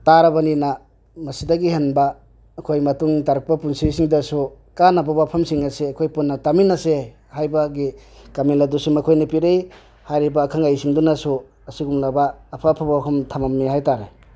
ꯇꯥꯔꯕꯅꯤꯅ ꯃꯁꯤꯗꯒꯤ ꯍꯦꯟꯕ ꯑꯩꯈꯣꯏ ꯃꯇꯨꯡ ꯇꯥꯔꯛꯄ ꯄꯨꯟꯁꯤꯁꯤꯗꯁꯨ ꯀꯥꯟꯅꯕ ꯋꯥꯐꯝꯁꯤꯡ ꯑꯁꯦ ꯑꯩꯈꯣꯏ ꯄꯨꯟꯅ ꯇꯥꯃꯤꯟꯅꯁꯦ ꯍꯥꯏꯕꯒꯤ ꯀꯃꯦꯟ ꯑꯗꯨꯁꯨ ꯃꯈꯣꯏꯅ ꯄꯤꯔꯛꯏ ꯍꯥꯏꯔꯤꯕ ꯑꯈꯪ ꯑꯍꯩꯁꯤꯡꯗꯨꯅꯁꯨ ꯑꯁꯤꯒꯨꯝꯂꯕ ꯑꯐ ꯑꯐꯕ ꯋꯥꯐꯝ ꯊꯃꯝꯃꯦ ꯍꯥꯏꯇꯥꯔꯦ